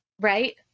Right